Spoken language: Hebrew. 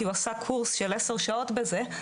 כי הוא עשה קורס של עשר שעות בזה,